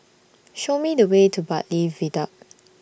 Show Me The Way to Bartley Viaduct